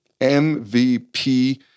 MVP